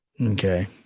Okay